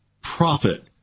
profit